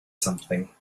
something